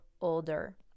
older